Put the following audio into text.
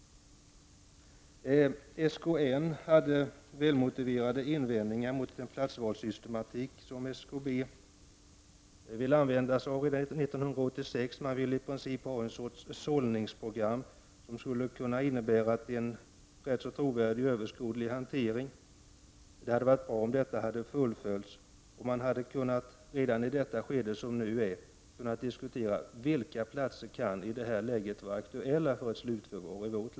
SKN hade välmotiverade invändningar mot den platsvalssystematik som SKB ville använda sig av år 1986. Man ville ha en sorts sållningsprogram som skulle kunna innebära en rätt så trovärdig överskådlig hantering. Det hade varit bättre om detta fullföljts och man redan i det skede som nu är kunnat diskutera vilka platser i vårt land som kan vara aktuella för ett slutförvar.